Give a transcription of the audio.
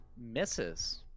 Misses